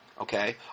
Okay